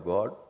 God